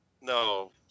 No